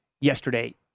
yesterday